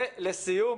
ובסיום,